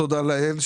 תודה לאל,